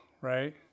right